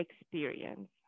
experience